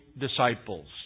disciples